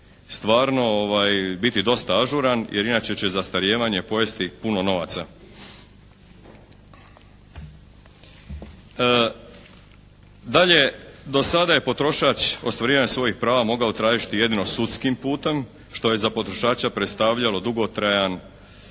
stvarno biti dosta ažuran jer inače će zastarijevanje pojesti puno novaca. Dalje, do sada je potrošač ostvarivanjem svojih prava mogao tražiti jedino sudskim putem što je za potrošača predstavljalo dugotrajan